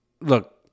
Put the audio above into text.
look